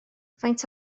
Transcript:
faint